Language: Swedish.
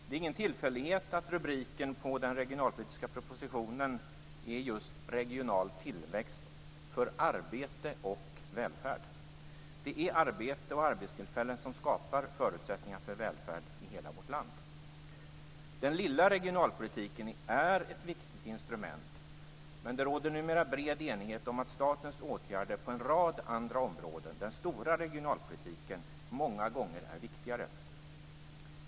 Herr talman! Det är ingen tillfällighet att rubriken på den regionalpolitiska proposition är just "Regional tillväxt - för arbete och välfärd". Det är arbete och arbetstillfällen som skapar förutsättningar för välfärd i hela vårt land. Den "lilla" regionalpolitiken är ett viktigt instrument, men det råder numera bred enighet om att statens åtgärder på en rad andra områden, den "stora" regionalpolitiken, många gånger är viktigare.